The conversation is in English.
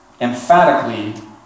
emphatically